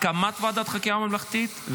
הקמת ועדת חקירה ממלכתית,